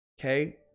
okay